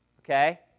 Okay